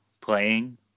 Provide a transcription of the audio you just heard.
playing